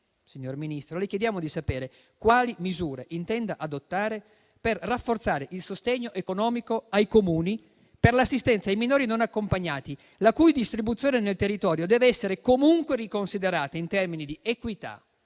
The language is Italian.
di permanenza per il rimpatrio; quali misure intenda infine adottare per rafforzare il sostegno economico ai Comuni per l'assistenza ai minori non accompagnati, la cui distribuzione nel territorio deve essere comunque riconsiderata in termini di equità,